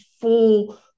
full